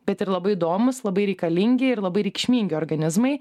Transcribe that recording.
bet ir labai įdomūs labai reikalingi ir labai reikšmingi organizmai